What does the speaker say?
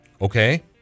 Okay